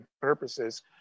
purposes